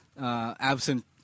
absent